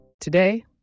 Today